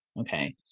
Okay